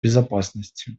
безопасности